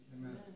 Amen